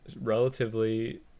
relatively